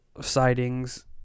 sightings